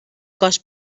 cos